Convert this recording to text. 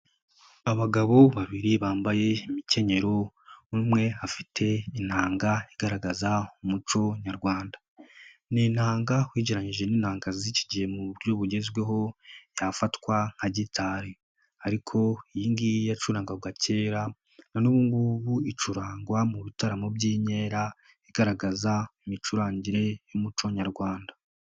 Abagabo ba biri bambaye imikenyero umwe afite inanga igaragaza umuco Nyarwanda. NI inanga ugereranyije n'inangazo z'iki gihe mu buryo bugezweho yafatwa nka gitari ariko iyigi yacurangaga icurangwa mu bitaramo by'inkera igaragaza imicurangire y'umuco Nyarwanda.